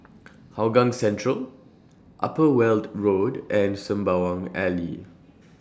Hougang Central Upper Weld Road and Sembawang Alley